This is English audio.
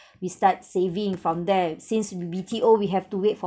we start saving from there since B_T_O we have to wait for